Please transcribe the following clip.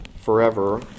forever